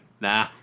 Nah